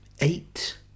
Eight